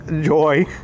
joy